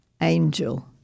angel